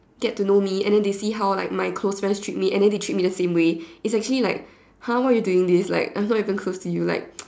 get to know me and then they see how like my close friends treat me and then they treat me the same way it's actually like !huh! what you doing this like I'm not even close to you like